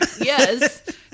yes